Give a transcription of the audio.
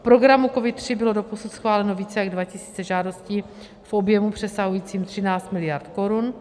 V programu COVID III bylo doposud schváleno více jak dva tisíce žádostí v objemu přesahujícím 13 miliard korun.